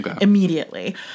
immediately